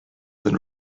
than